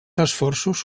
esforços